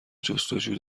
جستجو